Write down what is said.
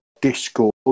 Discord